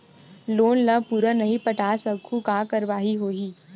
Loan ला पूरा नई पटा सकहुं का कारवाही होही?